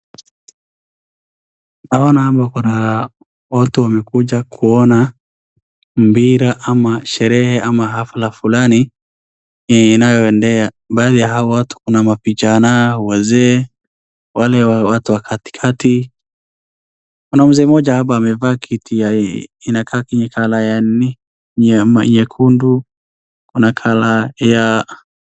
Naona hapa kuna watu amekuja kuona mpira ama sherehe ama hafla fulani inayoendea. Baadhi ya hawa watu kuna vijana, wazee, wale watu wa katikati, kuna mzee mmoja hapa amevaa kitu inakaa colour ya nini, ni ya nyekundu kuna colour ya...